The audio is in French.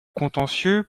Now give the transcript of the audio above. contentieux